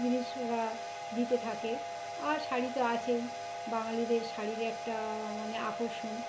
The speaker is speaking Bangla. জিনিস ওরা দিতে থাকে আর শাড়ি তো আছেই বাঙালিদের শাড়ির একটা মানে আকর্ষণ